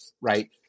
right